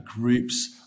groups